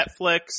Netflix